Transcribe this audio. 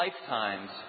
Lifetimes